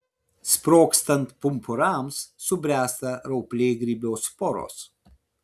sprogstant pumpurams subręsta rauplėgrybio sporos